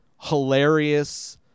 hilarious